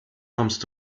kommst